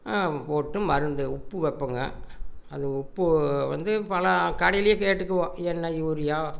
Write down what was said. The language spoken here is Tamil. போட்டு மருந்து உப்பு வைப்போங்க அது உப்பு வந்து இப்போலாம் கடையில் கேட்டுக்குவோம் என்ன யூரியா